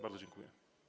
Bardzo dziękuję.